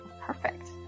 perfect